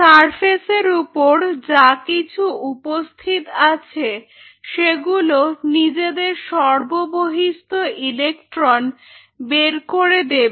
surface এর উপর যা কিছু উপস্থিত আছে সেগুলো নিজেদের সর্ববহিঃস্থ ইলেকট্রন বের করে দেবে